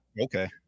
Okay